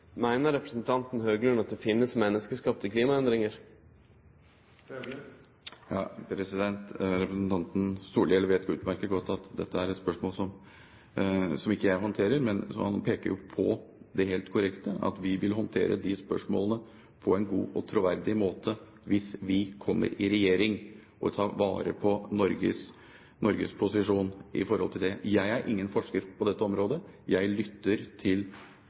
Meiner representanten Høglund at det finst menneskeskapte klimaendringar? Representanten Solhjell vet utmerket godt at dette er et spørsmål som ikke jeg håndterer. Men han peker på det helt korrekte, at vi vil håndtere de spørsmålene på en god og troverdig måte hvis vi kommer i regjering, og ta vare på Norges posisjon i forhold til det. Jeg er ingen forsker på dette området. Jeg lytter til